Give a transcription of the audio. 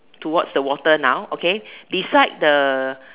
towards the water now okay beside the